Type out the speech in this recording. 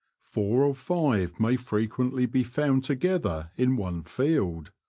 four or five may frequently be found together in one field.